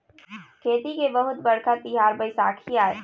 खेती के बहुत बड़का तिहार बइसाखी आय